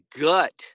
gut